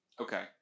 okay